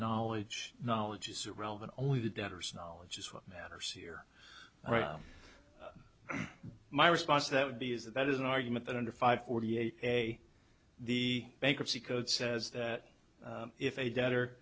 knowledge knowledge is relevant only the debtors knowledge is what matters here my response that would be is that is an argument that under five forty eight a the bankruptcy code says that if a debtor